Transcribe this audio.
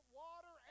water